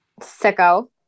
Sicko